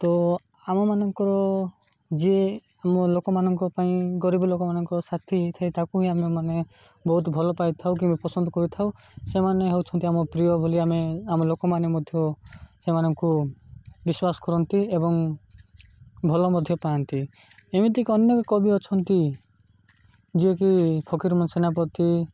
ତ ଆମମାନଙ୍କର ଯିଏ ଆମ ଲୋକମାନଙ୍କ ପାଇଁ ଗରିବ ଲୋକମାନଙ୍କ ସାଥି ହେଇଥାଏ ତାକୁ ହିଁ ଆମେମାନେ ବହୁତ ଭଲ ପାଇଥାଉ କିମ୍ବା ପସନ୍ଦ କରିଥାଉ ସେମାନେ ହେଉଛନ୍ତି ଆମ ପ୍ରିୟ ବୋଲି ଆମେ ଆମ ଲୋକମାନେ ମଧ୍ୟ ସେମାନଙ୍କୁ ବିଶ୍ଵାସ କରନ୍ତି ଏବଂ ଭଲ ମଧ୍ୟ ପାଆନ୍ତି ଏମିତିକି ଅନେକ କବି ଅଛନ୍ତି ଯିଏକି ଫକୀର ମୋହନ ସେନାପତି